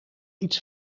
iets